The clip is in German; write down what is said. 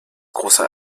großer